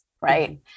right